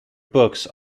books